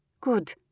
Good